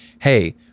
hey